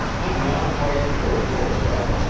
i'm not quite barefoot yet.